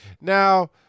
Now